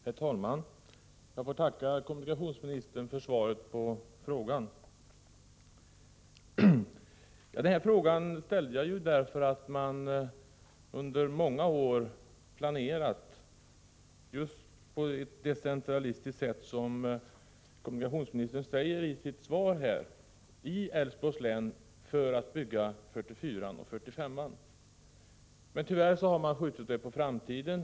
Herr talman! Jag får tacka kommunikationsministern för svaret på frågan. Jag ställde frågan därför att man i Älvsborgs län under många år planerat — på ett decentralistiskt sätt, som kommunikationsministern säger i sitt svar — för att bygga ut riksvägarna 44 och 45. Men tyvärr har detta skjutits på framtiden.